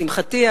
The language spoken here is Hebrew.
לשמחתי,